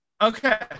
okay